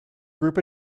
group